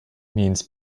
means